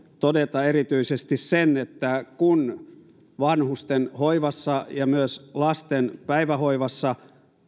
todeta erityisesti sen että kun vanhusten hoivassa ja myös lasten päivähoivassa